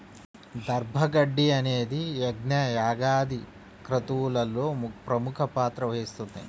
దర్భ గడ్డి అనేది యజ్ఞ, యాగాది క్రతువులలో ప్రముఖ పాత్ర వహిస్తుంది